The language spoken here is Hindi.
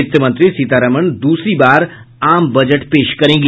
वित्त मंत्री सीतारामन दूसरी बार आम बजट पेश करेंगी